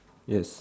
yes